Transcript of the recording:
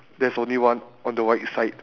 there's only one on the right side